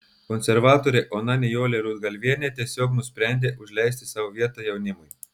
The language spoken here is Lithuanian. konservatorė ona nijolė rudgalvienė tiesiog nusprendė užleisti savo vietą jaunimui